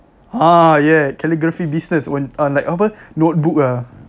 ah ya calligraphy business when uh like apa notebook ah